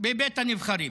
בבית הנבחרים.